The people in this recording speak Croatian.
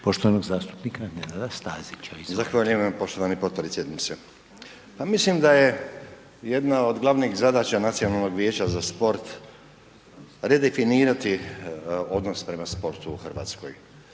poštovanog zastupnika Nenada Stazića. **Stazić, Nenad (SDP)** Zahvaljujem vam poštovani podpredsjedniče. Ja mislim da je jedna od glavnih zadaća Nacionalnog vijeća za sport redefinirati odnos prema sportu u Hrvatskoj.